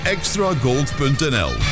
Extragold.nl